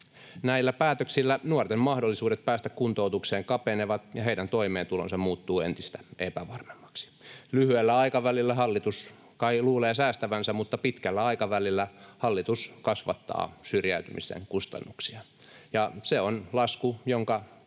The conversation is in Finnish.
Näillä päätöksillä nuorten mahdollisuudet päästä kuntoutukseen kapenevat ja heidän toimeentulonsa muuttuu entistä epävarmemmaksi. Lyhyellä aikavälillä hallitus kai luulee säästävänsä, mutta pitkällä aikavälillä hallitus kasvattaa syrjäytymisen kustannuksia, ja se on lasku, joka